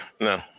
No